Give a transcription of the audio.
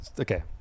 Okay